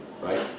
right